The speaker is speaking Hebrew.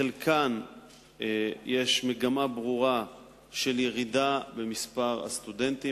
בחלקן יש מגמה ברורה של ירידה במספר הסטודנטים,